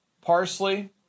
Parsley